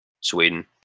Sweden